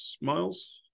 Miles